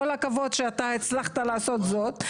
כל הכבוד שאתה הצלחת לעשות זאת.